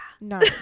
No